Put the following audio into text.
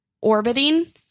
orbiting